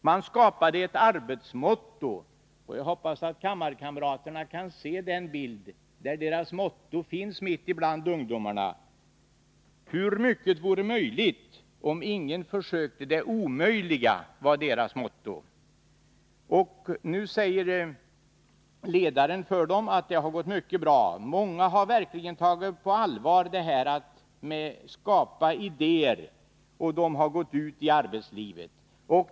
Man skapade ett arbetsmotto, och jag hoppas att kammarkamraterna på bildskärmen kan se bilden där deras motto finns mitt ibland ungdomarna: Hur mycket vore möjligt om ingen försökte göra det omöjliga. Nu säger ledaren att det har gått mycket bra. Många har verkligen tagit på allvar detta med att skapa idéer. Och ungdomarna har gått ut i arbetslivet.